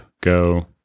Go